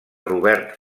robert